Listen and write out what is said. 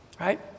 Right